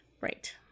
Right